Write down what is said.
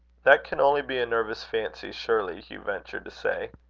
that can only be a nervous fancy, surely, hugh ventured to say.